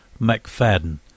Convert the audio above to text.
McFadden